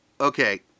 Okay